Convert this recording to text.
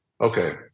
Okay